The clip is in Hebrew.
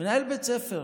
מנהל בית ספר